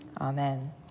amen